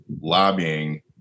lobbying